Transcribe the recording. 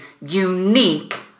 unique